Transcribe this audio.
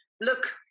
look